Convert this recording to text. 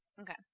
Okay